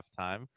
halftime